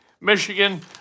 Michigan